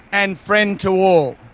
and friend to all.